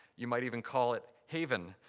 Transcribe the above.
you might even call it haven,